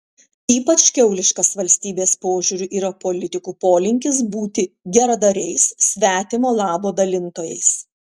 ypač kiauliškas valstybės požiūriu yra politikų polinkis būti geradariais svetimo labo dalintojais